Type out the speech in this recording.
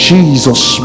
Jesus